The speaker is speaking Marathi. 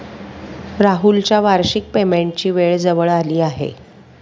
राहुलच्या वार्षिक पेमेंटची वेळ जवळ आली आहे